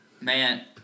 Man